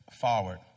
forward